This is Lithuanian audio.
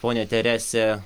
ponia teresė